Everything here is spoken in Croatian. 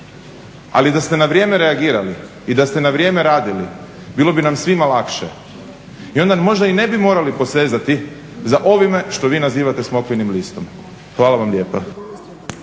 Ali da ste na vrijeme reagirali i da ste na vrijeme radili bilo bi nam svima lakše. I onda možda ne bi morali posezati za ovime što vi nazivate smokvinim listom. Hvala vam lijepa.